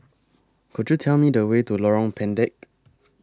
Could YOU Tell Me The Way to Lorong Pendek